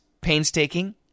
painstaking